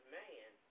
man